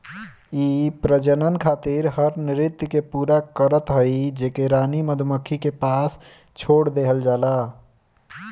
इ प्रजनन खातिर हर नृत्य के पूरा करत हई जेके रानी मधुमक्खी के पास छोड़ देहल जाला